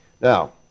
Now